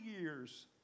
years